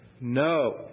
no